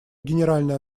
генеральная